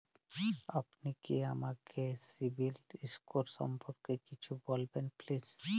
আপনি কি আমাকে সিবিল স্কোর সম্পর্কে কিছু বলবেন প্লিজ?